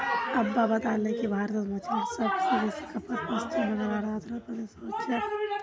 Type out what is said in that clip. अब्बा बताले कि भारतत मछलीर सब स बेसी खपत पश्चिम बंगाल आर आंध्र प्रदेशोत हो छेक